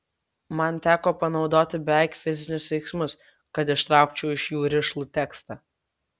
man teko panaudoti beveik fizinius veiksmus kad ištraukčiau iš jų rišlų tekstą